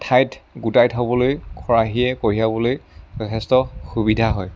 এঠাইত গোটাই থ'বলৈ খৰাহিয়ে কঢ়িয়াবলৈ যথেষ্ট সুবিধা হয়